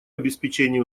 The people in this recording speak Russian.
обеспечении